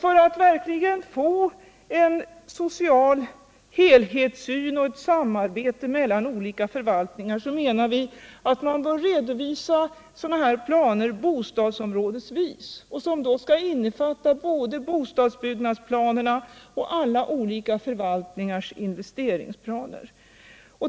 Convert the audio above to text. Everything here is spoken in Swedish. För att verkligen få en social helhetssyn och ett samarbete mellan olika förvaltningar menar vi att man bör redovisa sådana planer bostadsområdesvis. De skall innefatta både bostadsbyggnadsplanerna och alla förvaltningarnas investeringsplaner.